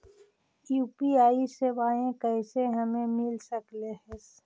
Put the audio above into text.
UPI सेवाएं कैसे हमें मिल सकले से?